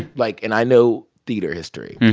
like, and i know theater history.